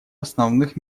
основных